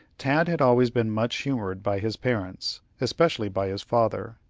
tad had always been much humored by his parents, especially by his father.